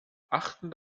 achten